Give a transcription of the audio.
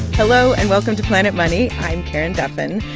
hello, and welcome to planet money. i'm karen duffin.